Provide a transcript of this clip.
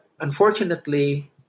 unfortunately